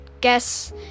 guess